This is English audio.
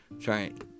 trying